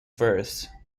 verse